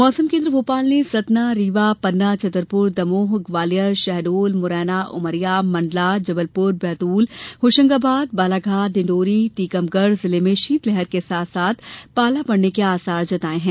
मौसम केंद्र भोपाल ने सतना रीवा पन्ना छतरपुर दमोह ग्वालियर शहडोल मुरैना उमरिया मण्डला जबलपुर बैतूल होशंगाबाद बालाघाट डिण्डौरी टीकमगढ़ जिले में शीतलहर के साथ साथ पाला पड़ने की आसार जताये हैं